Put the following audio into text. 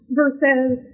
versus